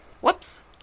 whoops